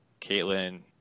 Caitlyn